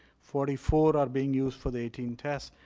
forty four are being used for the eighteen tests.